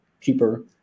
cheaper